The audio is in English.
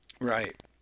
Right